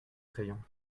crayon